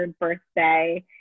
birthday